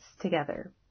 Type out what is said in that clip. together